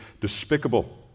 despicable